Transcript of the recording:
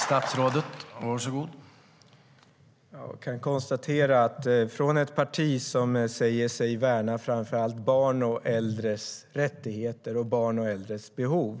Herr talman! Kristdemokraterna är ett parti som säger sig värna framför allt barns och äldres rättigheter och behov.